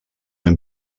hem